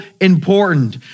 important